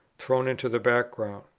thrown into the back